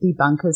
debunkers